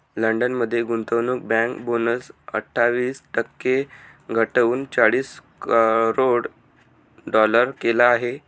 London मध्ये गुंतवणूक bank bonus अठ्ठावीस टक्के घटवून चाळीस करोड डॉलर केला आहे